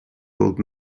old